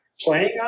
playing